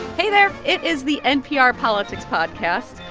hey there. it is the npr politics podcast.